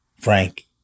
Frank